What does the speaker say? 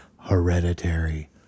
Hereditary